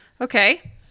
Okay